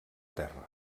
terra